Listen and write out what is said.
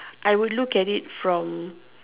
I would look at it from